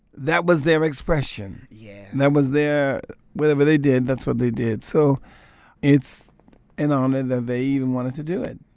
that was their expression. yeah and that was their whatever they did, that's what they did. so it's an honor that they even wanted to do it,